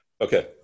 Okay